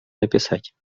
написать